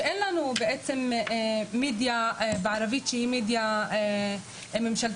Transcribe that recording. שאין לנו בעצם מדיה בערבית שהיא מדיה ממשלתית,